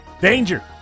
Danger